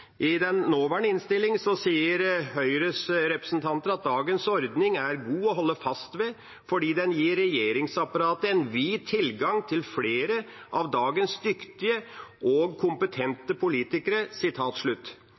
I den nåværende innstillinga sier Høyres representanter «at dagens ordning er god å holde fast ved, fordi den gir regjeringsapparatet en vid tilgang til flere av deres dyktige og